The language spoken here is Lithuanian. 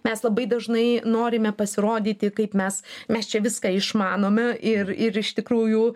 mes labai dažnai norime pasirodyti kaip mes mes čia viską išmanome ir ir iš tikrųjų